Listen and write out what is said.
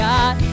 God